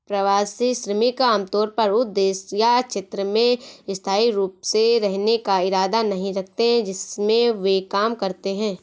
प्रवासी श्रमिक आमतौर पर उस देश या क्षेत्र में स्थायी रूप से रहने का इरादा नहीं रखते हैं जिसमें वे काम करते हैं